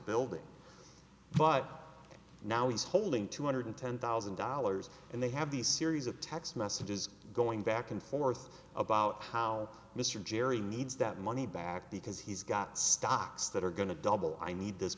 building but now he's holding two hundred ten thousand dollars and they have these series of text messages going back and forth about how mr jerry needs that money back because he's got stocks that are going to double i need this